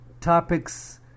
topics